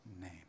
name